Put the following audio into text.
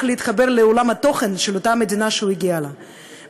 להתחבר לעולם התוכן של אותה מדינה שהוא הגיעה אליה,